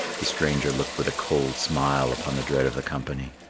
the stranger looked with a cold smile upon the dread of the company.